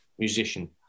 musician